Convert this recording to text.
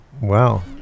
Wow